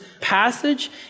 passage